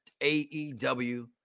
AEW